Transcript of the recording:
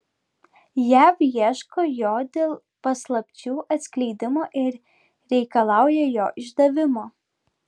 jav ieško jo dėl paslapčių atskleidimo ir reikalauja jo išdavimo